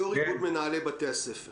יושב-ראש איגוד מנהלי בתי הספר